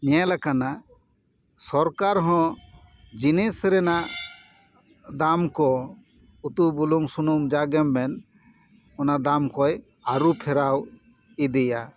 ᱧᱮᱞ ᱟᱠᱟᱱᱟ ᱥᱚᱨᱠᱟᱨ ᱦᱚᱸ ᱡᱤᱱᱤᱥ ᱨᱮᱱᱟᱜ ᱫᱟᱢ ᱠᱚ ᱩᱛᱩ ᱵᱩᱞᱩᱝ ᱥᱩᱱᱩᱢ ᱡᱟ ᱜᱮᱢ ᱢᱮᱱ ᱚᱱᱟ ᱫᱟᱢ ᱠᱚᱭ ᱟᱹᱨᱩ ᱯᱷᱮᱨᱟᱣ ᱤᱫᱤᱭᱟ